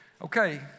Okay